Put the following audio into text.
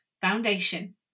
foundation